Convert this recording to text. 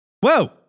Whoa